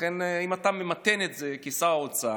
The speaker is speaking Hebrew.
לכן אם אתה ממתן את זה, כשר אוצר,